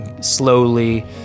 slowly